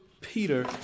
Peter